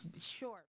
Sure